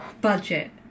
budget